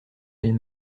elles